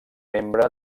membre